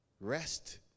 Rest